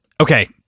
Okay